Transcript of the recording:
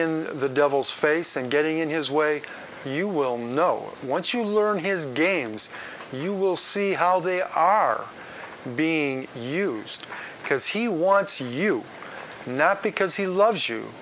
in the devil's face and getting in his way you will know once you learn his games you will see how they are being used because he wants you not because he loves you